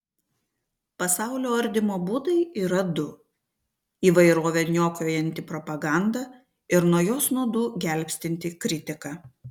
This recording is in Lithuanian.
pasaulio ardymo būdai yra du įvairovę niokojanti propaganda ir nuo jos nuodų gelbstinti kritika